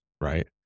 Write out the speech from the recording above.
Right